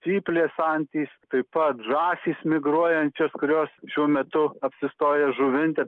cyplės antys taip pat žąsys migruojančios kurios šiuo metu apsistojo žuvinte